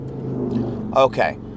Okay